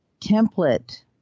template